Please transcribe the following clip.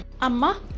Amma